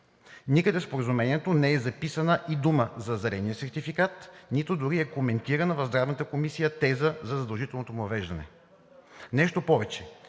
Никъде в Споразумението не е записана и дума за зеления сертификат, нито дори е коментирана в Здравната комисия теза за задължителното му въвеждане. Нещо повече.